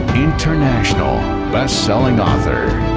international best selling author,